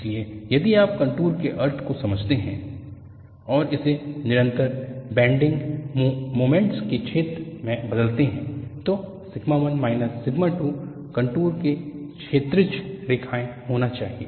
इसलिए यदि आप कंटूर के अर्थ को समझते हैं और इसे निरंतर बेंडिंग मोमेंट के क्षेत्र में बदलते हैं तो सिग्मा 1 माइनस सिग्मा 2 कंटूर मे क्षैतिज रेखाएं होना चाहिए